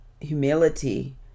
humility